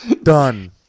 Done